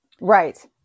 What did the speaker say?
Right